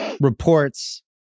reports